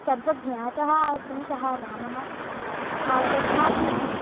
सर्वज्ञातः आसन् सः रामः तथापि